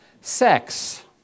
Sex